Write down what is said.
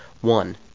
one